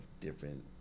different